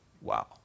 Wow